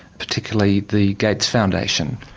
particularly the gates foundation.